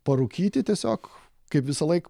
parūkyti tiesiog kaip visąlaik